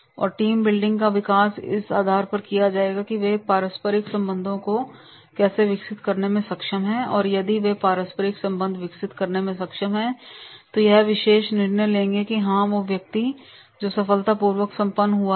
और team building का विकास इस आधार पर किया जाएगा कि वे इन पारस्परिक संबंधों को कैसे विकसित करने में सक्षम हैं और यदि वे पारस्परिक संबंध विकसित करने में सक्षम हैं तो वे यह विशेष निर्णय लेंगे कि हाँ वे व्यक्ति जो सफलतापूर्वक संपन्न हुआ हैं